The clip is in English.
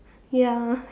ya